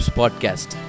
podcast